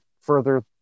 further